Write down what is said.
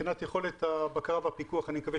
מבחינת יכולת הבקרה והפיקוח מקווים